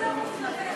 אדוני יושב-ראש הכנסת,